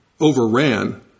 overran